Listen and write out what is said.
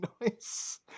nice